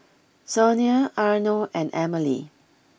Sonia Arno and Emmalee